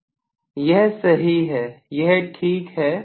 professor यह सही है यह ठीक है